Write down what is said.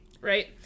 Right